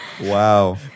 Wow